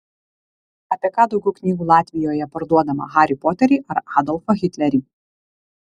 apie ką daugiau knygų latvijoje parduodama harį poterį ar adolfą hitlerį